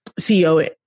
CEO